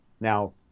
Now